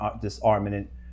disarmament